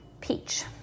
peach